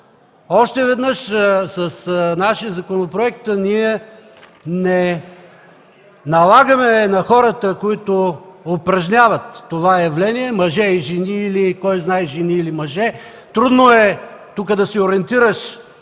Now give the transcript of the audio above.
Още веднъж – с нашия законопроект ние налагаме на хората, които упражняват това явление – мъже и жени или кой знае жени или мъже, трудно е тук да се ориентираш